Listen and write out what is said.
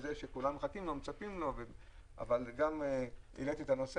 אחרי שגם בקדנציה הקודמת שלך יצא לנו לשתף